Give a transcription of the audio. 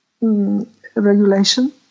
regulation